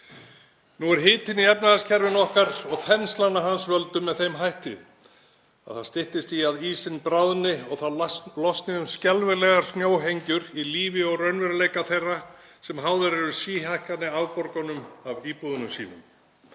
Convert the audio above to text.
Nú er hitinn í efnahagskerfinu okkar og þenslan af hans völdum með þeim hætti að það styttist í að ísinn bráðni og þá losni um skelfilegar snjóhengjur í lífi og raunveruleika þeirra sem háðir eru síhækkandi afborgunum af íbúðunum sínum.